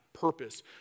purpose